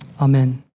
Amen